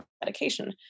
medication